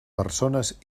persones